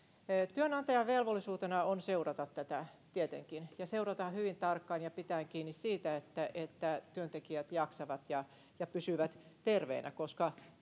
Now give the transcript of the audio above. työnantajan velvollisuutena on seurata tätä tietenkin ja seurata hyvin tarkkaan ja pitää kiinni siitä että että työntekijät jaksavat ja ja pysyvät terveinä koska